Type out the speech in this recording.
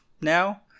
now